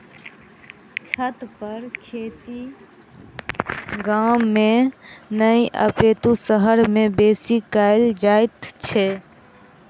छतपर खेती गाम मे नहि अपितु शहर मे बेसी कयल जाइत छै